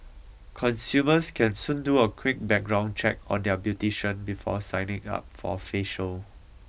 consumers can soon do a quick background check on their beautician before signing up for a facial